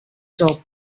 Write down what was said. sao